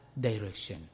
direction